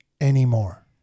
anymore